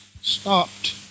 stopped